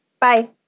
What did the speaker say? Bye